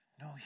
No